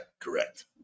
Correct